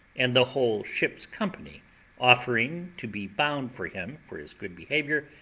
and the whole ship's company offering to be bound for him for his good behaviour,